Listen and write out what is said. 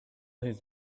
his